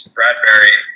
Bradbury